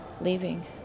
leaving